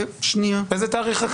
מאיזה תאריך זה?